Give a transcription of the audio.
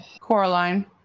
Coraline